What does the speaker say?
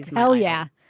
hell yeah